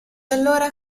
allora